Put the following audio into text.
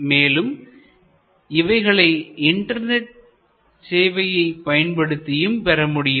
மேலும் இவைகளை இன்டர்நெட் சேவையை பயன்படுத்தியும் பெற முடியும்